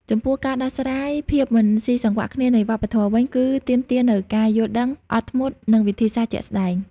ចំពោះ ការដោះស្រាយភាពមិនស៊ីសង្វាក់គ្នានៃវប្បធម៌វិញ គឺទាមទារនូវការយល់ដឹង អត់ធ្មត់ និងវិធីសាស្រ្តជាក់ស្តែង។